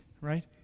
Right